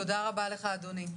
תודה רבה לך, אדוני.